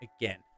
again